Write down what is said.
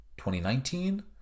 2019